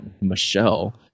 Michelle